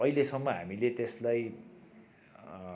अहिलेसम्म हामीले त्यसलाई